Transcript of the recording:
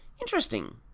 Interesting